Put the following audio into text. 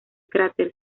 cráter